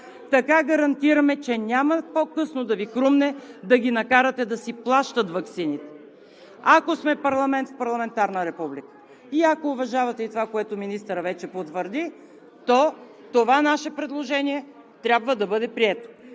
Така гарантираме, че няма по-късно да Ви хрумне да ги накарате да си плащат ваксините. Ако сме парламент в парламентарна република и ако уважавате и това, което министърът вече потвърди, то това наше предложение трябва да бъде прието.